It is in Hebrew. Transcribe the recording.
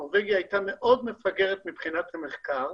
נורבגיה היתה מאוד מפגרת מבחינת המחקר.